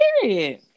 Period